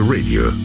Radio